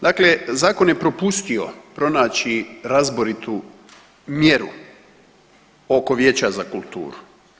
Dakle, Zakon je propustio pronaći razboritu mjeru oko vijeća za kulturu.